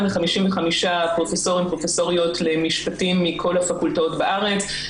מ-55 פרופסורים ופרופסוריות למשפטים מכל הפקולטות בארץ,